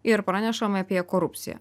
ir pranešam apie korupciją